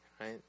Right